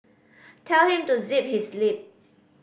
tell him to zip his lip